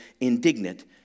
indignant